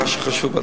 שחשוב בהתחלה.